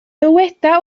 dyweda